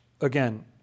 Again